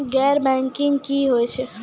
गैर बैंकिंग की होय छै?